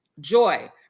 joy